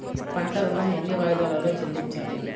పంట ఋణం ఎన్ని వాయిదాలలో చెల్లించాలి?